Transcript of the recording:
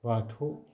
बाथौ